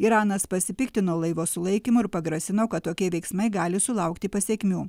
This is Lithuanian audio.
iranas pasipiktino laivo sulaikymu ir pagrasino kad tokie veiksmai gali sulaukti pasekmių